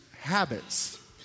habits